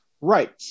Right